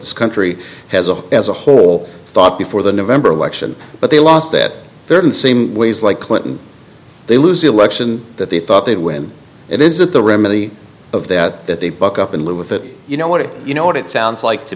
this country has a as a whole thought before the november election but they lost that third and same ways like clinton they lose the election that they thought they'd win it is that the remedy of that that they buck up and live with it you know what you know what it sounds like to